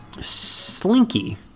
Slinky